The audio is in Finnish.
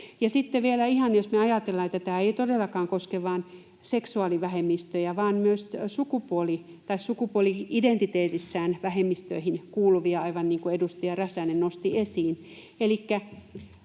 ajatellaan, että tämä ei todellakaan koske vain seksuaalivähemmistöjä vaan myös sukupuoli-identiteetissään vähemmistöihin kuuluvia, aivan niin kuin edustaja Räsänen nosti esiin,